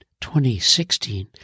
2016